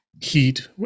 heat